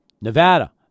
Nevada